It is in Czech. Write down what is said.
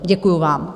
Děkuju vám.